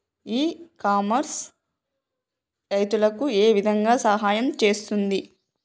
ఇ commerce రైతులకు ఏ విధంగా సహాయం చేస్తుంది?